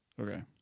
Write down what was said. Okay